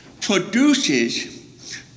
produces